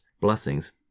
Blessings